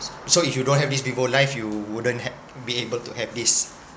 so if you don't have this vivo life you wouldn't ha~ be able to have this